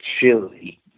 chili